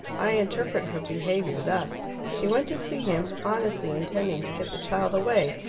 i interpret her behaviour thus she went to see him, honestly intending to get the child away.